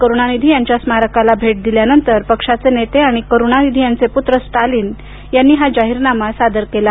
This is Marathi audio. करुणानिधी यांच्या स्मारकाला भेट दिल्यानंतर पक्षाचे नेते आणि करुणानिधी यांचे पुत्र स्टालिन यांनी हा जाहीरनामा सादर केला